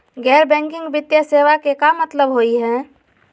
गैर बैंकिंग वित्तीय सेवाएं के का मतलब होई हे?